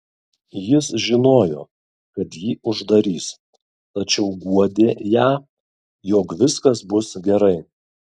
jis žinojo kad jį uždarys tačiau guodė ją jog viskas bus gerai